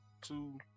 two